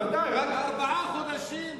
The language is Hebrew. בוודאי, רק, ארבעה חודשים,